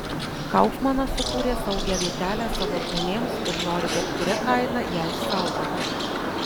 kaufmanas sukūrė saugią vietelę savo žmonėms ir nori bet kuria kaina ją išsaugoti